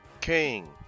King